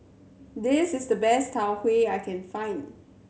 this is the best Tau Huay I can find